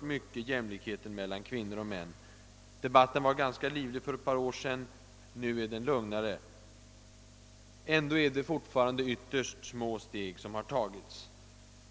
mycket rört jämlikheten mellan kvinnor och män. Debatten om den saken var livlig för ett par år sedan, men nu är den lugnare. Ändå är det fortfarande ytterst små steg som har tagits.